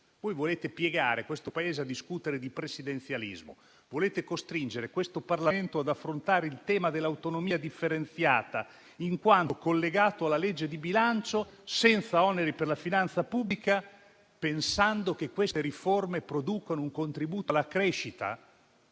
voi volete piegare questo Paese a discutere di presidenzialismo e volete costringere questo Parlamento ad affrontare il tema dell'autonomia differenziata in quanto collegato alla legge di bilancio, senza oneri per la finanza pubblica, pensando che queste riforme producano un contributo alla crescita?